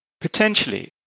Potentially